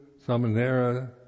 samanera